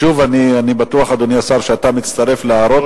שוב, אני בטוח, אדוני השר, שאתה מצטרף להערות שלי.